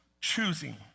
choosing